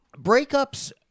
breakups